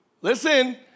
Listen